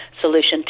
solution